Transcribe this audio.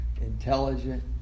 intelligent